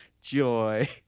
joy